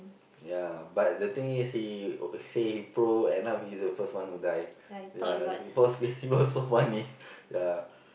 yeah but the thing is he say he pro end up he is the first one who die yeah it was it was so funny yeah